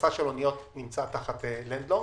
שהכנסת אוניות נמצא תחת לנדור.